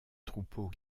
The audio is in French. troupeau